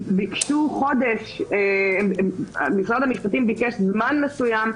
היושב-ראש, שמשרד המשפטים ביקש זמן מסוים.